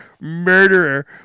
murderer